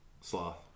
Sloth